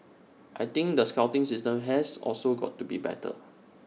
I think the scouting system has also got to be better